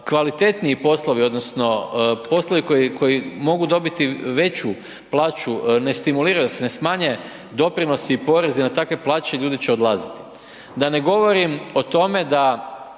kvalitetniji poslovi odnosno poslovi koji mogu dobiti veću plaću, ne stimuliraju se, ne smanje doprinosi i porezi na takve plaće, ljudi će odlaziti. Da ne govorim o tome da